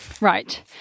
right